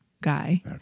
guy